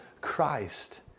Christ